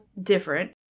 different